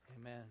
Amen